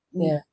yeah